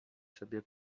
sobie